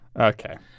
Okay